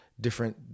different